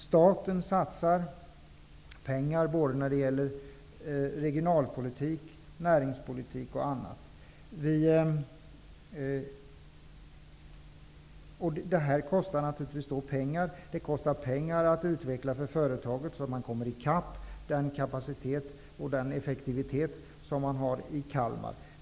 Staten satsar pengar på regionalpolitik, näringspolitik osv., och det kostar naturligtvis en del. Det är ju kostsamt för företaget att utveckla så att man kommer i kapp i fråga om den kapacitet och effektivitet som finns i Kalmar.